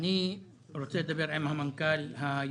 אני רוצה לדבר על המנכ"ל היוצא,